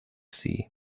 sea